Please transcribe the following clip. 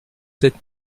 sept